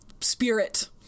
spirit